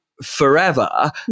forever